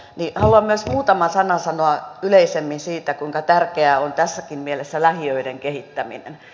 haluan myös muutaman sanan sanoa yleisemmin siitä kuinka tärkeää on tässäkin mielessä lähiöiden kehittäminen